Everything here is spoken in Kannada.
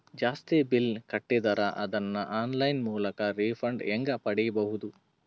ಜಾಸ್ತಿ ಬಿಲ್ ಕಟ್ಟಿದರ ಅದನ್ನ ಆನ್ಲೈನ್ ಮೂಲಕ ರಿಫಂಡ ಹೆಂಗ್ ಪಡಿಬಹುದು?